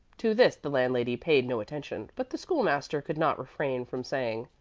to this the landlady paid no attention but the school-master could not refrain from saying,